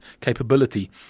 capability